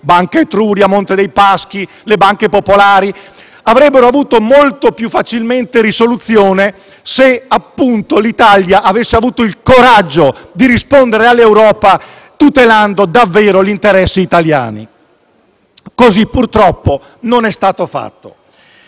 (Banca Etruria, Monte dei Paschi e le banche popolari) avrebbero avuto molto più facilmente risoluzione se appunto l'Italia avesse avuto il coraggio di rispondere all'Europa, tutelando davvero gli interessi italiani. Così purtroppo non è stato fatto.